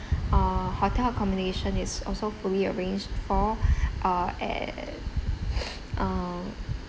uh hotel accommodation is also fully arranged for uh and um